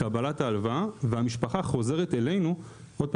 קבלת ההלוואה והמשפחה חוזרת אלינו עוד פעם